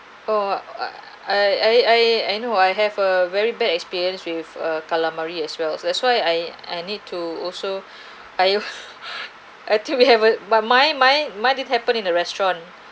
or I I I know I have a very bad experience with uh calamari as well so that's why I I need to also I I think we haven't but my my mine this happen in a restaurant